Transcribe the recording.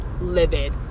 livid